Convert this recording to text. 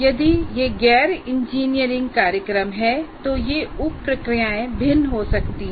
यदि यह गैर इंजीनियरिंग कार्यक्रम है तो ये उप प्रक्रियाएँ भिन्न हो सकती हैं